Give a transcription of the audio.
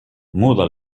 muda